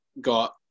got